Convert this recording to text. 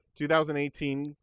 2018